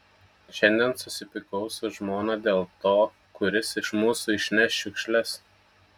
šiandien susipykau su žmona dėl to kuris iš mūsų išneš šiukšles